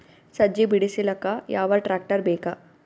ಸಜ್ಜಿ ಬಿಡಿಸಿಲಕ ಯಾವ ಟ್ರಾಕ್ಟರ್ ಬೇಕ?